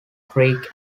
creek